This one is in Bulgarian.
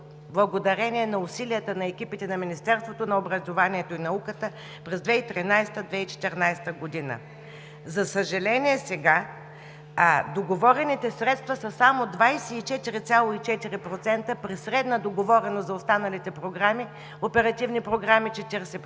благодарение на усилията на екипите на Министерството на образованието и науката през 2013 – 2014 г. За съжаление, сега договорените средства са само 24,4%, при средна договореност за останалите оперативни програми 40%.